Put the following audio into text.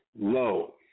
low